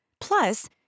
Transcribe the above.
Plus